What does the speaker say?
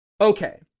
Okay